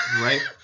right